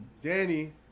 Danny